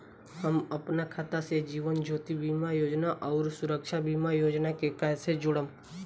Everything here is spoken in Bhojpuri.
हम अपना खाता से जीवन ज्योति बीमा योजना आउर सुरक्षा बीमा योजना के कैसे जोड़म?